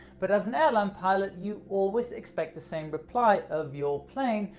but as an airline pilot you always expect the same reply of your plane,